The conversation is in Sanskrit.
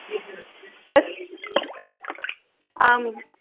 तत् आम्